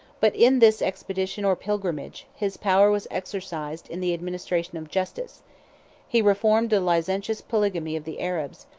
but in this expedition or pilgrimage, his power was exercised in the administration of justice he reformed the licentious polygamy of the arabs,